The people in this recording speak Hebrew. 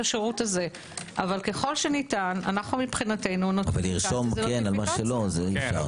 השירות הזה אבל ככל שניתן- -- אבל לרשום כן על מה שלא זה אי אפשר.